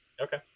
Okay